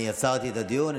אני עצרתי את הדיון.